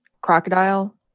crocodile